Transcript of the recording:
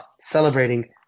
celebrating